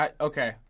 Okay